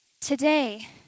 Today